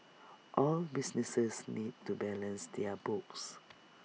all businesses need to balance their books